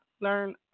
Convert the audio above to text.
learn